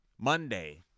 Monday